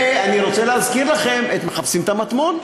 ואני רוצה להזכיר לכם את "מחפשים את המטמון".